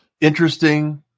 interesting